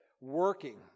working